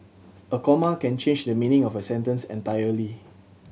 a comma can change the meaning of a sentence entirely